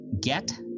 get